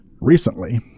Recently